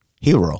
hero